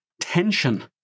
tension